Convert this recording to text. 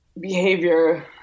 behavior